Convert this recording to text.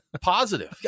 positive